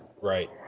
Right